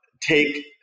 take